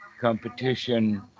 competition